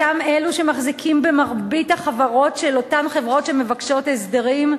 אותם אלו שמחזיקים במרבית החברות של אותן חברות שמבקשות הסדרים,